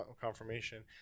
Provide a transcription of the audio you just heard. confirmation